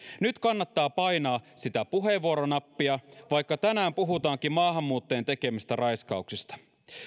nyt kannattaa painaa sitä puheenvuoronappia vaikka tänään puhutaankin maahanmuuttajien tekemistä raiskauksista